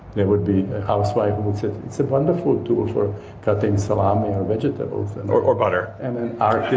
there would be a housewife who would say, it's a wonderful tool for cutting salami or vegetables. and or or butter an artist